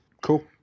Cool